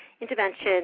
intervention